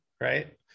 right